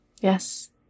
Yes